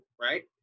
right